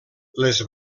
les